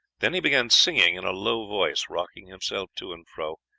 then he began singing in a low voice, rocking himself to and fro,